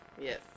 Yes